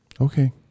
Okay